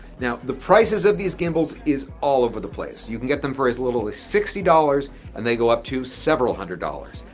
now the prices of these gimbals is all over the place. you can get them for as little as sixty dollars and they go up to several hundred dollars.